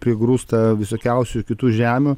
prigrūsta visokiausių kitų žemių